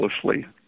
closely